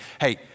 hey